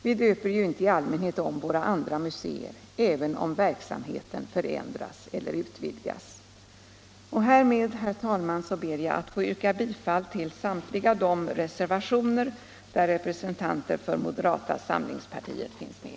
Vi döper i allmänhet inte om våra andra muséer även om verksamheten förändras eller utvidgas. Härmed, herr talman, ber jag att få yrka bifall till samtliga de reservationer där representanter för moderata samlingspartiet finns med.